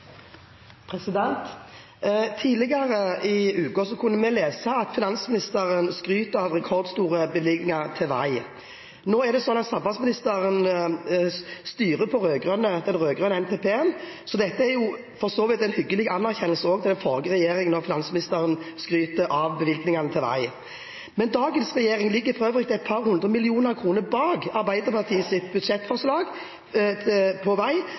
Tidligere i uken kunne vi lese at finansministeren skryter av rekordstore bevilgninger til vei. Nå er det sånn at samferdselsministeren styrer på den rød-grønne NTP-en, så dette er jo for så vidt en hyggelig anerkjennelse også til den forrige regjeringen når finansministeren skryter av bevilgningene til vei. Dagens regjering ligger for øvrig et par hundre millioner kroner bak Arbeiderpartiets budsjettforslag til vei